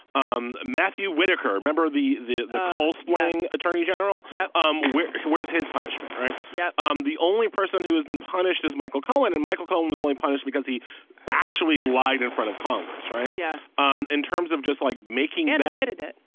um matthew whitaker. remember the the post planning attorney general. yeah um where's where's his punishment. all right. yeah um the only person who has been punished is michael cohen and michael cohen was only punished because he actually lied in front of congress. right. yeah. um in terms of just like making an admitted it.